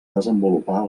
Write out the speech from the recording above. desenvolupar